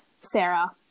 Sarah